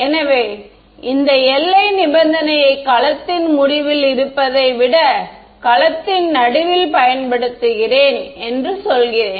எனவே இந்த எல்லை நிபந்தனையை கலத்தின் முடிவில் இருப்பதை விட கலத்தின் நடுவில் பயன்படுத்துகிறேன் என்று சொல்கிறேன்